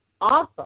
awesome